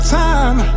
time